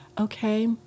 Okay